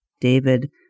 David